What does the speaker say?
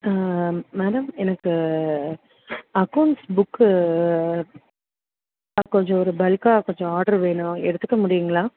ஆ madam எனக்கு accounts book கொஞ்சம் ஒரு பல்க்காக கொஞ்சம் ஆர்ட்ரு வேணும் எடுத்துக்க முடியுங்களா